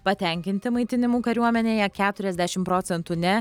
patenkinti maitinimu kariuomenėje keturiasdešim procentų ne